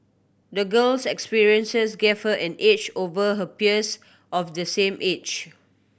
the girl's experiences gave her an edge over her peers of the same age